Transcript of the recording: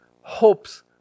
hopes